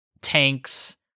tanks